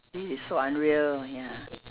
this is so unreal ya